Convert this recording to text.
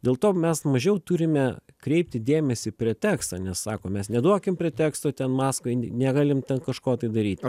dėl to mes mažiau turime kreipti dėmesįį pretekstą nes sako mes neduokim preteksto ten maskvai n negalim kažko tai daryti